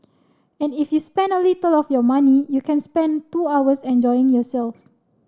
and if you spend a little of your money you can spend two hours enjoying yourself